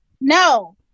No